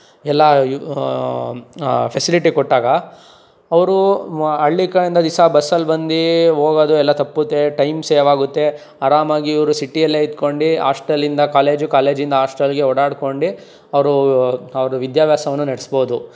ಎಲ್ಲ ಯು ಫೆಸಿಲಿಟಿ ಕೊಟ್ಟಾಗ ಅವರೂ ವ ಹಳ್ಳಿ ಕ ಇಂದ ದಿವ್ಸ ಬಸ್ಸಲ್ಲಿ ಬಂದು ಹೋಗೋದು ಎಲ್ಲ ತಪ್ಪುತ್ತೆ ಟೈಮ್ ಸೇವ್ ಆಗುತ್ತೆ ಆರಾಮಾಗಿ ಇವರು ಸಿಟಿಯಲ್ಲೇ ಇದ್ಕೊಂಡು ಆಸ್ಟೆಲಿಂದ ಕಾಲೇಜು ಕಾಲೇಜಿಂದ ಆಸ್ಟೆಲ್ಗೆ ಓಡಾಡ್ಕೊಂಡು ಅವರು ಅವ್ರ ವಿದ್ಯಾಭ್ಯಾಸವನ್ನು ನಡೆಸ್ಬೋದು